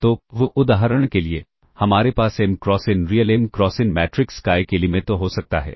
तो उदाहरण के लिए हमारे पास m cross n real m cross n matrix का एक एलिमेंट हो सकता है